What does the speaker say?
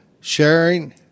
sharing